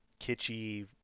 kitschy